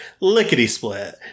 lickety-split